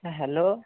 হ্যাঁ হ্যালো